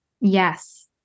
Yes